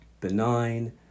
benign